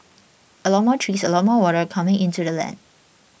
a lot more trees a lot more water coming into the land